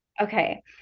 Okay